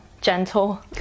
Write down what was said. gentle